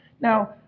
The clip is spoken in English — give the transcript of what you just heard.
Now